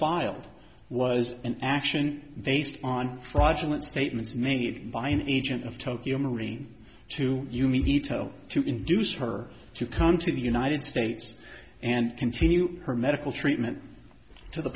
filed was an action based on fraudulent statements made by an agent of tokyo marine to human detail to induce her to come to the united states and continue her medical treatment to the